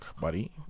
Buddy